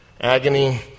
agony